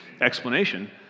explanation